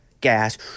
Gas